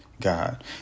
God